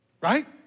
Right